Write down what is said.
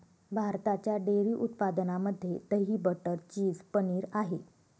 भारताच्या डेअरी उत्पादनामध्ये दही, बटर, चीज, पनीर आहे